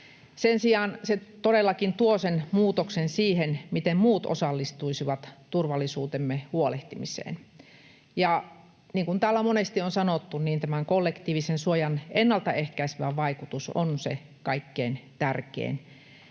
Sen sijaan se todellakin tuo muutoksen siihen, miten muut osallistuisivat turvallisuudestamme huolehtimiseen. Ja niin kuin täällä monesti on sanottu, tämän kollektiivisen suojan ennalta ehkäisevä vaikutus on se kaikkein tärkein,